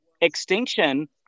extinction